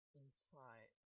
inside